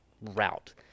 route